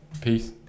Peace